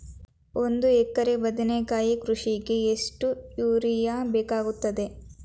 ಒಂದು ಎಕರೆ ಬದನೆಕಾಯಿ ಕೃಷಿಗೆ ಎಷ್ಟು ಯೂರಿಯಾ ಬೇಕಾಗುತ್ತದೆ?